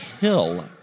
kill